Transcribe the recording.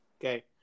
Okay